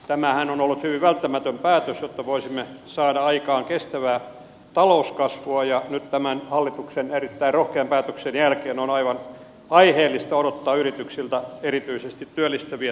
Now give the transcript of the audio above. tämähän on ollut hyvin välttämätön päätös jotta voisimme saada aikaan kestävää talouskasvua ja nyt tämän hallituksen erittäin rohkean päätöksen jälkeen on aivan aiheellista odottaa yrityksiltä erityisesti työllistäviä toimenpiteitä